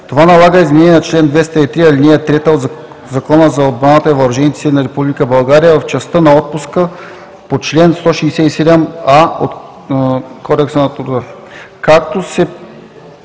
Това налага изменение на чл. 203, ал. 3 от Закона за отбраната и въоръжените сили на Република България в частта на отпуска по чл. 167а от Кодекса на труда,